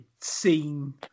scene